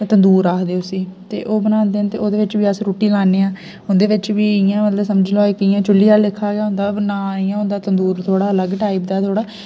तंदूर आखदे न उसी ते ओह् बनांदे न ते ओह्दे बिच्च बी अस रुट्टी लान्ने आं उंदे बिच्च बी इंया मतलब समझी लैओ कि चुल्ली आह्ले लेखा गै होंदा पर ना इंया होंदा तंदूर थोह्ड़ा अलग ते अलग टाइप दा एह् थोह्ड़ा